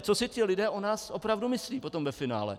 Co si ti lidé o nás opravdu myslí potom ve finále?